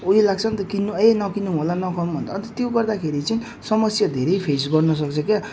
उयो लाग्छ नि त किन्न ए नकिनौँ होला नखाऊँ भन्छ अन्त त्यो गर्दाखेरि चाहिँ समस्या धेरै फेस गर्न सक्छ क्या